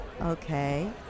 okay